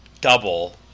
double